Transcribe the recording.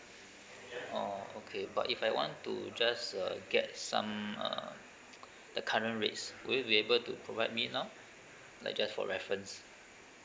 oh okay but if I want to just uh get some uh the current rates will you be able to provide me now like just for reference